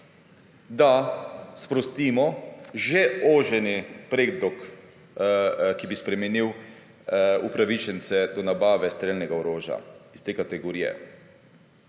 da sprostimo že oženi predlog, ki bi spremenil upravičence do nabave strelnega orožja iz te kategorije.